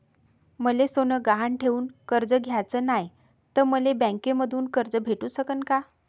मले सोनं गहान ठेवून कर्ज घ्याचं नाय, त मले बँकेमधून कर्ज भेटू शकन का?